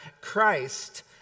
Christ